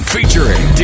Featuring